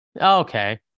okay